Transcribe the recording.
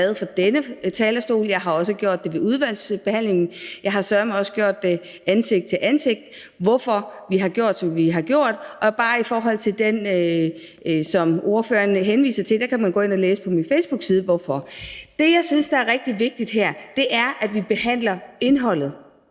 på denne talerstol, og jeg har også gjort det under udvalgsbehandlingen, og jeg har søreme også gjort det ansigt til ansigt, altså hvorfor vi har gjort, som vi har gjort. I forhold til det, som ordføreren henviser til, kan man gå ind at læse på min facebookside hvorfor. Det, jeg synes er rigtig vigtigt her, er, at vi behandler indholdet,